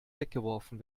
weggeworfen